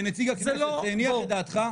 כנציג הכנסת, זה הניח את דעתך?